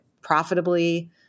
profitably